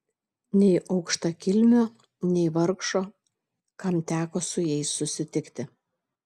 nei aukštakilmio nei vargšo kam teko su jais susitikti